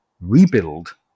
rebuild